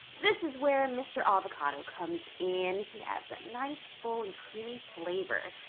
this is where mr. avocado comes in. he adds that nice full and creamy flavor.